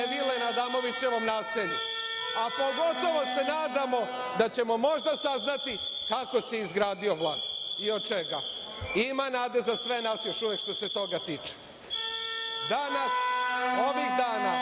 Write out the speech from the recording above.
vile na Adamovićevom naselju, a pogotovo se nadamo da ćemo možda saznati kako se izgradio Vlada i od čega. Ima nade za sve naše još uvek, što se toga tiče. Danas, ovih dana